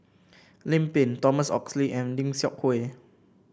Lim Pin Thomas Oxley and Lim Seok Hui